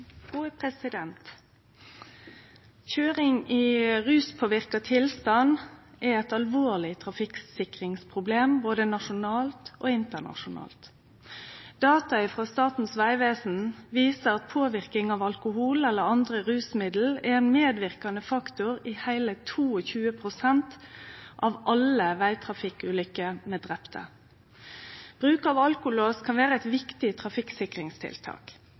eit alvorleg trafikksikringsproblem både nasjonalt og internasjonalt. Data frå Statens vegvesen viser at påverknad av alkohol eller andre rusmiddel er ein medverkande faktor i heile 22 pst. av alle vegtrafikkulykker med drepne. Bruk av alkolås kan vere eit viktig trafikksikringstiltak,